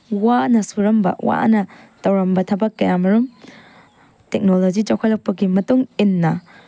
ꯋꯥꯅ ꯁꯨꯔꯝꯕ ꯋꯥꯅ ꯇꯧꯔꯝꯕ ꯊꯕꯛ ꯀꯌꯥꯃꯔꯣꯝ ꯇꯦꯛꯅꯣꯂꯣꯖꯤ ꯆꯥꯎꯈꯠꯂꯛꯄꯒꯤ ꯃꯇꯨꯡ ꯏꯟꯅ